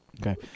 Okay